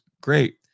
great